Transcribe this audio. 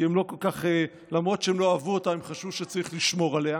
כי למרות שהם לא אהבו אותה הם חשבו שצריך לשמור עליה.